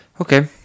Okay